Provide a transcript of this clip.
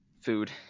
food